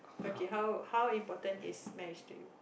okay how how important is marriage to you